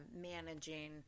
managing